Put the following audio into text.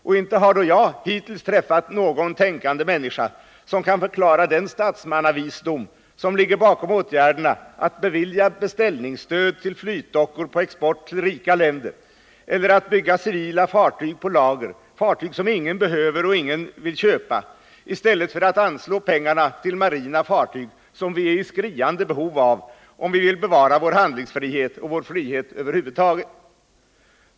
Och inte har då jag hittills träffat någon tänkande människa, som kan förklara den statsmannavisdom som ligger bakom åtgärderna att bevilja beställningsstöd till flytdockor för export till rika länder eller att bygga civila fartyg på lager, fartyg som ingen behöver och ingen vill köpa, i stället för att anslå pengarna till marina fartyg, som vi är i skriande behov av, om vi vill bevara vår handlingsfrihet och vår frihet över huvud taget.